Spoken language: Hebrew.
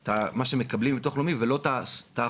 את מה שמקבלים מביטוח לאומי ולא את האחוזים.